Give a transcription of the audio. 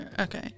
Okay